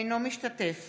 אינו משתתף